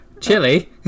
Chili